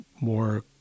more